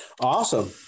Awesome